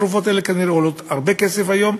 התרופות האלה כנראה עולות הרבה כסף היום.